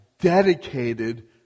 dedicated